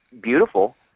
beautiful